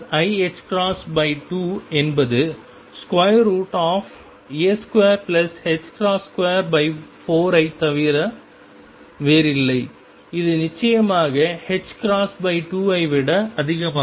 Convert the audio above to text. ai2 என்பது a224 ஐத் தவிர வேறில்லை இது நிச்சயமாக 2 ஐ விட அதிகமாகும்